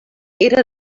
era